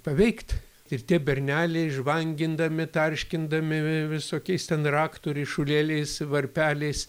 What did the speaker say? paveikt ir tie berneliai žvangindami tarškindami vi visokiais ten raktų ryšulėliais varpeliais